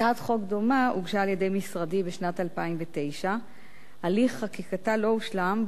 הצעת חוק דומה הוגשה על-ידי משרדי בשנת 2009. הליך חקיקתה לא הושלם,